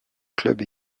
club